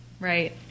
Right